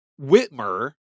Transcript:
Whitmer